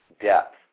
depth